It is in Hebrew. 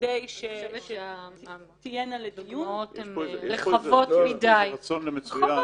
--- אני חושבת שהדוגמאות הן רחבות מדי.